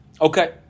Okay